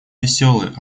веселый